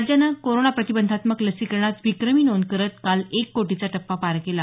राज्यानं कोरोना प्रतिबंधात्मक लसीकरणात विक्रमी नोंद करत काल एक कोटीचा टप्पा पार केला